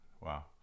Wow